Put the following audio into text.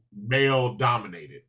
male-dominated